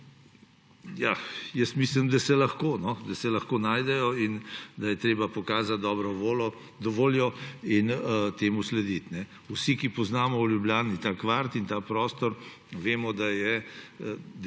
Mislim, da se lahko najdejo in da je treba pokazati dobro voljo in temu slediti. Vsi, ki poznamo v Ljubljani ta kvart in ta prostor, vemo, da je